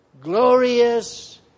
glorious